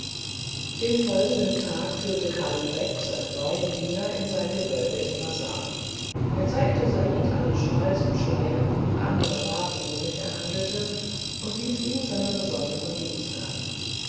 den folgenden tag führte kalum beck seinen neuen diener in sein gewölbe im bazar er zeigte said alle shawls und schleier und andere waren womit er handelte und wies ihm seinen besonderen dienst an